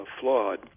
flawed